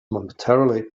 momentarily